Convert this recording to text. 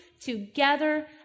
together